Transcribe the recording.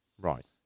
Right